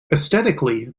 aesthetically